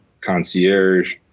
Concierge